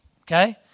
okay